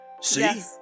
See